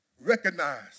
recognize